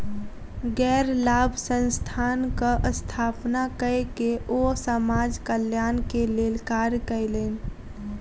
गैर लाभ संस्थानक स्थापना कय के ओ समाज कल्याण के लेल कार्य कयलैन